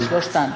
לשלושתן.